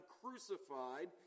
crucified